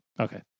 Okay